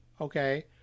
okay